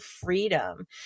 freedom